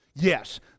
Yes